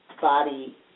body